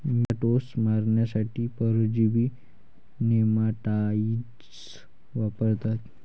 nematodes मारण्यासाठी परजीवी nematicides वापरतात